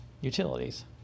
utilities